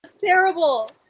terrible